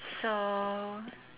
so